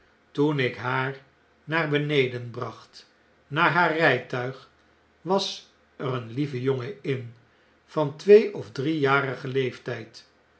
toen ik haar naar beneden bracht naar haar rijtuig was er een lieve jongen in van twee of driejarigen leeftjjd